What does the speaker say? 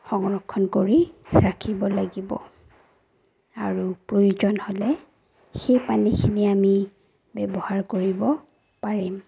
সংৰক্ষণ কৰি ৰাখিব লাগিব আৰু প্ৰয়োজন হ'লে সেই পানীখিনি আমি ব্যৱহাৰ কৰিব পাৰিম